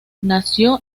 nació